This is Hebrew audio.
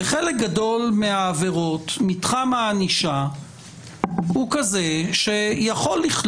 בחלק גדול מהעבירות מתחם הענישה יכול לכלול